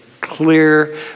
clear